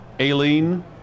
Aileen